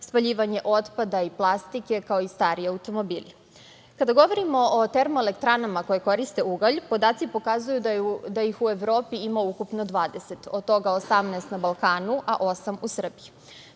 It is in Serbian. spaljivanje otpada i plastike, kao i stariji automobili. Kada govorimo o termoelektranama koje koriste ugalj, podaci pokazuju da ih u Evropi ima ukupno 20, od toga 18 na Balkanu, a osam u Srbiji.